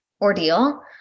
ordeal